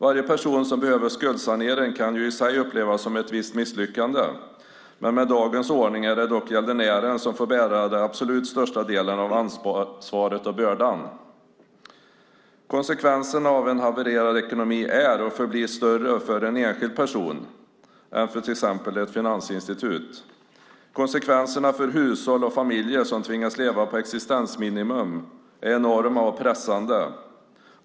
Varje person som behöver skuldsanering kan ju i sig upplevas som ett misslyckande, men med dagens ordning är det dock gäldenären som får bära den absolut största delen av ansvaret och bördan. Konsekvenserna av en havererad ekonomi är och förblir större för en enskild person än för till exempel ett finansinstitut. Konsekvenserna för hushåll och familjer som tvingas leva på existensminimum är enorma och pressande.